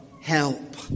help